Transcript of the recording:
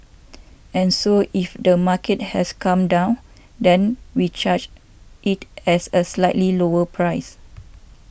and so if the market has come down then we charge it as a slightly lower price